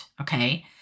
okay